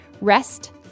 Rest